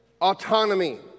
autonomy